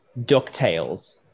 DuckTales